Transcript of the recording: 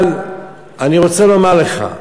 אבל אני רוצה לומר לך,